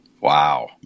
Wow